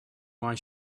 why